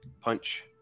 punch